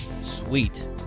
Sweet